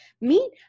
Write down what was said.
Meet